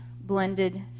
blended